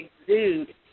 exude